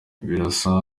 birasa